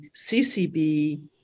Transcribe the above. CCB